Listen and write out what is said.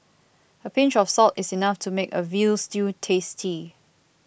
a pinch of salt is enough to make a Veal Stew tasty